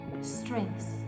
Strengths